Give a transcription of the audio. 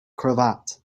cravat